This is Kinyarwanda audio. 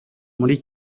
muri